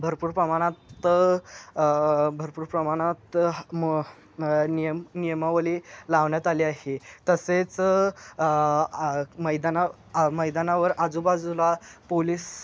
भरपूर प्रमाणात भरपूर प्रमाणात मो नियम नियमावली लावण्यात आली आहे तसेच मैदाना मैदानावर आजूबाजूला पोलीस